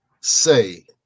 say